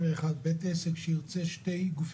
זה הכי חור שחור שיכול